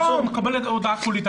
לא, הוא מקבל היום הודעה קולית.